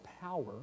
power